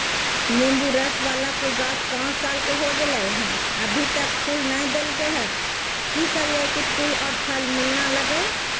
नेंबू रस बाला के गाछ पांच साल के हो गेलै हैं अभी तक फूल नय देलके है, की करियय की फूल और फल मिलना लगे?